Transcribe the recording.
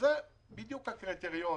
וזה בדיוק הקריטריון.